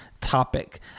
topic